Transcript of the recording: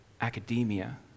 academia